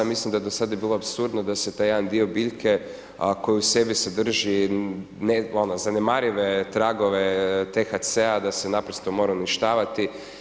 Ja mislim da je do sada bilo apsurdno da se taj jedan dio biljke koji u sebi sadrži zanemarive tragove THC-a da se naprosto mora uništavati.